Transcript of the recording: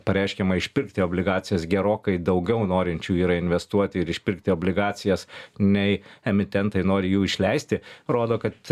pareiškiama išpirkti obligacijas gerokai daugiau norinčių yra investuoti ir išpirkti obligacijas nei emitentai nori jų išleisti rodo kad